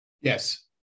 Yes